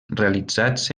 realitzats